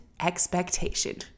expectation